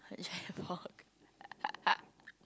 giant fork